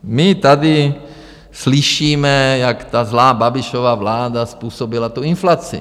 My tady slyšíme, jak zlá Babišova vláda způsobila inflaci, ne?